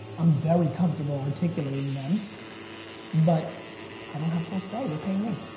i'm very comfortable articulating them but i don't have full say, they're paying me.